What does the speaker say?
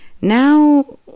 Now